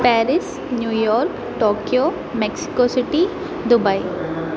Paris New York Tokyo Mexico city Dubai